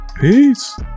Peace